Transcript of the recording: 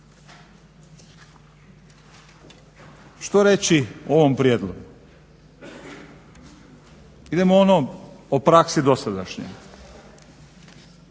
Što reći o ovom prijedlogu? Idemo ono o praksi dosadašnjoj,